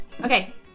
Okay